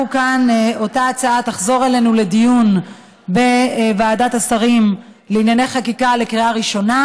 אותה הצעה תחזור אלינו לדיון בוועדת שרים לענייני חקיקה לקריאה ראשונה,